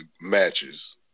matches